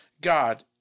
God